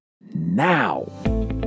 now